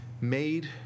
made